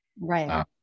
right